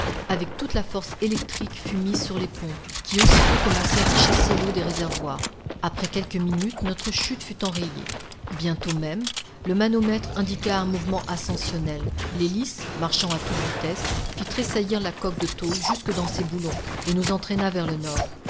avec toute la force électrique fut mise sur les pompes qui aussitôt commencèrent à chasser l'eau des réservoirs après quelques minutes notre chute fut enrayée bientôt même le manomètre indiqua un mouvement ascensionnel l'hélice marchant à toute vitesse fit tressaillir la coque de tôle jusque dans ses boulons et nous entraîna vers le nord